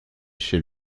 chez